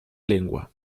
lengua